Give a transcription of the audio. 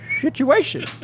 situation